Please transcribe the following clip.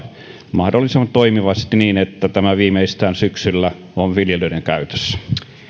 mahdollisimman toimivasti niin että tämä viimeistään syksyllä on viljelijöiden käytössä